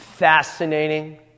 Fascinating